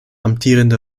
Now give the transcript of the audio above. amtierende